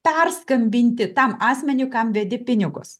perskambinti tam asmeniui kam vedi pinigus